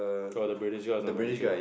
oh the British guy is our manager